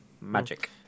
Magic